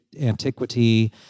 antiquity